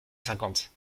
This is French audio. cinquante